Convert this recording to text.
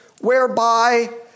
whereby